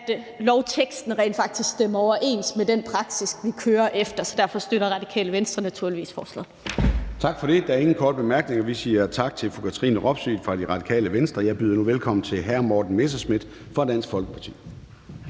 at lovteksten rent faktisk stemmer overens med den praksis, vi kører efter. Så derfor støtter Radikale Venstre naturligvis forslaget. Kl. 13:10 Formanden (Søren Gade): Tak for det. Der er ingen korte bemærkninger. Vi siger tak til fru Katrine Robsøe fra Radikale Venstre. Jeg byder nu velkommen til hr. Morten Messerschmidt fra Dansk Folkeparti.